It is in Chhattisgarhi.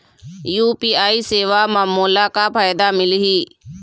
यू.पी.आई सेवा म मोला का फायदा मिलही?